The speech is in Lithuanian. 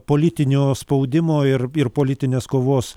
politinio spaudimo ir ir politinės kovos